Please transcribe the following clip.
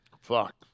Fuck